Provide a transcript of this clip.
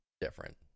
different